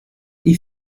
die